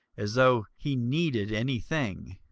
as though he needed any thing,